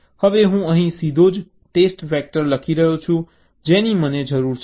હવે અહીં હું સીધો જ ટેસ્ટ વેક્ટર લખી રહ્યો છું જેની મને જરૂર છે